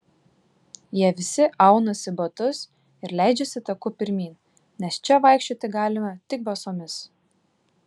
jie visi aunasi batus ir leidžiasi taku pirmyn nes čia vaikščioti galima tik basomis